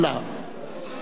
רבותי חברי הכנסת,